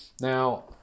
Now